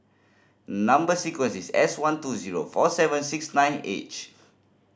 number sequence is S one two zero four seven six nine H